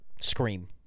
scream